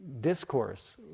discourse